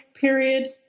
period